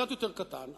קצת יותר קטן,